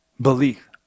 belief